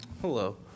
Hello